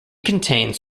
contains